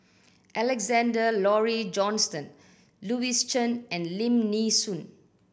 Alexander Laurie Johnston Louis Chen and Lim Nee Soon